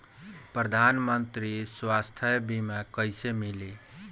प्रधानमंत्री स्वास्थ्य बीमा कइसे मिली?